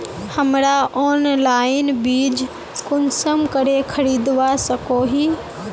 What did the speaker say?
हमरा ऑनलाइन बीज कुंसम करे खरीदवा सको ही?